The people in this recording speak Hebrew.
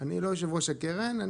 אני לא יושב-ראש הקרן.